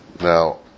Now